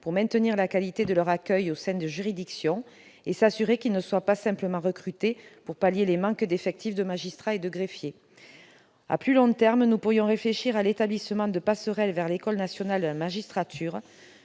pour maintenir la qualité de leur accueil au sein des juridictions et s'assurer qu'ils ne soient pas simplement recrutés pour pallier le manque de magistrats et de greffiers. À plus long terme, nous pourrions réfléchir à l'établissement d'une passerelle vers l'École nationale de la magistrature